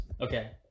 Okay